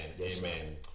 Amen